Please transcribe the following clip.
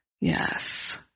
Yes